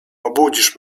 obudzisz